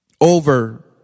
over